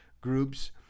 groups